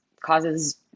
causes